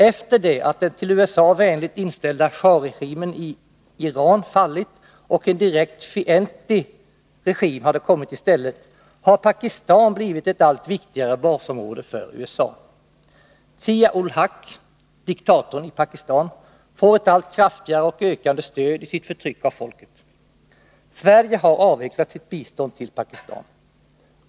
Efter det att den till USA vänligt inställda shahregimen i Iran fallit och en direkt fientlig regim kommit i stället har Pakistan blivit ett allt viktigare basområde för USA. Zia-ul-Haq, diktatorn i Pakistan, får ett allt kraftigare och ökande stöd i sitt förtryck av folket. Sverige har avvecklat sitt bistånd till Pakistan.